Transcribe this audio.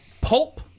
Pulp